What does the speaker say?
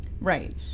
Right